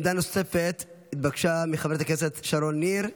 עמדה נוספת התבקשה מחברת הכנסת שרון ניר.